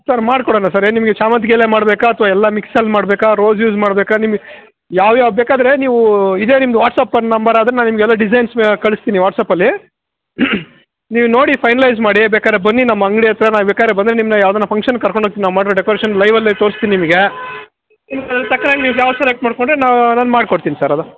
sir ಮಾಡ್ಕೊಡೋಣ sir ಏನು ನಿಮಗೆ ಶಾಮಂತಿಗೆಯಲ್ಲೇ ಮಾಡಬೇಕಾ ಅಥ್ವಾ ಎಲ್ಲ ಮಿಕ್ಸಲ್ಲಿ ಮಾಡಬೇಕಾ ರೋಸ್ ಯೂಸ್ ಮಾಡಬೇಕಾ ನಿಮಗೆ ಯಾವ್ಯಾವ ಬೇಕಾದರೆ ನೀವು ಇದೇ ನಿಮ್ಮದು ವಾಟ್ಸಾಪ್ ನಂಬರ್ ಆದರೆ ನಾನು ನಿಮಗೆ ಎಲ್ಲ ಡಿಸೈನ್ಸ್ ಕಳಿಸ್ತೀನಿ ವಾಟ್ಸಾಪಲ್ಲಿ ನೀವು ನೋಡಿ ಫೈನಲೈಸ್ ಮಾಡಿ ಬೇಕಾದ್ರೆ ಬನ್ನಿ ನಮ್ಮ ಅಂಗಡಿ ಹತ್ತಿರ ನಾನು ಬೇಕಾದ್ರೆ ಬಂದರೆ ನಿಮ್ಮನ್ನ ಯಾವ್ದಾನ ಫಂಕ್ಷನ್ಗೆ ಕರ್ಕೊಂಡು ಹೋಗ್ತೀನಿ ನಾವು ಮಾಡಿರೋ ಡೆಕೋರೇಷನ್ ಲೈವಲ್ಲೇ ತೋರಿಸ್ತೀನಿ ನಿಮಗೆ ಅದು ತಕ್ಕನಾಗಿ ನೀವು ಯಾವುದು ಸೆಲೆಕ್ಟ್ ಮಾಡಿಕೊಂಡ್ರೆ ನಾವು ನಾನು ಮಾಡ್ಕೊಡ್ತೀನಿ ಸರ್ ಅದು